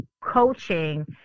coaching